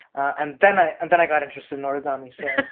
and then i and then i got interested in origami. so